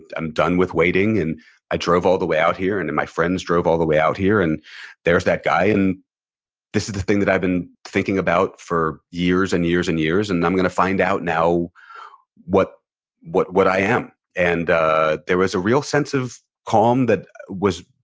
i'm done with waiting. and i drove all the way out here. and my friends drove all the way out here. and there's that guy. and this is the thing that i've been thinking about for years, and years, and years. and i'm gonna find out now what what i am. and ah there was a real sense of calm that was,